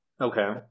Okay